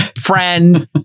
friend